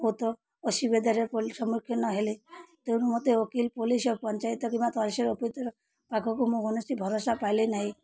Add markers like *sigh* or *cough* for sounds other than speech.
ବହୁତ ଅସୁବିଧାରେ *unintelligible* ସମ୍ମୁଖୀନ ହେଲେ ତେଣୁ ମୋତେ ଓକିଲ ପୋଲିସ ପଞ୍ଚାୟତ କିମ୍ବା ତହସିଲ ଅଫିସ୍ ପାଖକୁ ମୁଁ କୌଣସି ଭରସା ପାଇଲି ନାହିଁ